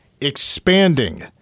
expanding